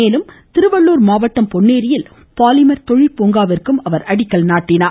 மேலும் திருவள்ளுர் மாவட்டம் பொன்னேரியில் பாலிமர் தொழிற்பூங்காவிற்கும் அவர் அடிக்கல் நாட்டியுள்ளார்